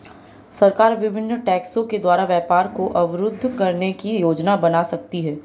सरकार विभिन्न टैक्सों के द्वारा व्यापार को अवरुद्ध करने की योजना बना सकती है